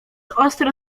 ostro